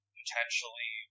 potentially